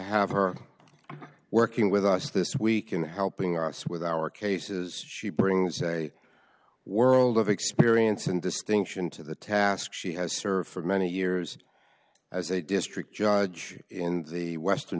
have her working with us this week in helping us with our cases she brings a world of experience and distinction to the task she has served for many years as a district judge in the western